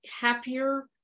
happier